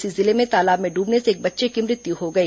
इसी जिले में तालाब में डूबने से एक बच्चे की मृत्यू हो गई